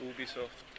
Ubisoft